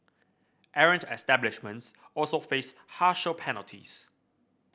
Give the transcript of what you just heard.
errant establishments also faced harsher penalties